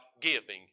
giving